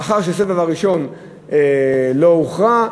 לאחר שהסבב הראשון לא הוכרע,